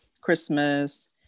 Christmas